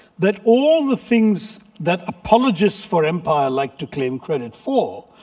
that all the things that apologists for empire like to claim credit for,